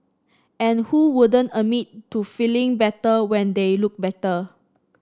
and who wouldn't admit to feeling better when they look better